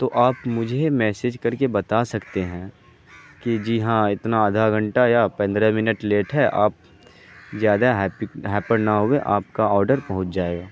تو آپ مجھے میسج کر کے بتا سکتے ہیں کہ جی ہاں اتنا آدھا گھنٹہ یا پندرہ منٹ لیٹ ہے آپ زیادہ ہائپر نہ ہوں آپ کا آڈر پہنچ جائے گا